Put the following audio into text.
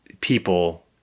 people